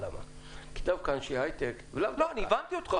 דווקא אנשי היי-טק --- אני הבנתי אותך.